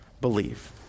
believe